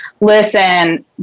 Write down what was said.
Listen